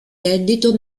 reddito